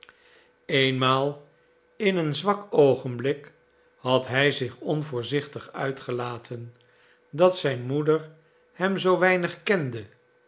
eenmaal in een zwak oogenblik had hij zich onvoorzichtig uitgelaten dat zijn moeder hem zoo weinig kende